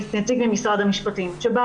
יכולים להזמין נציג ממשרד המשפטים שבא